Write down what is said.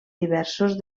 diversos